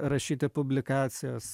rašyti publikacijas